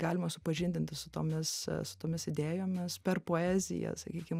galima supažindinti su tomis su tomis idėjomis per poeziją sakykim